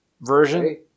version